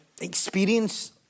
experience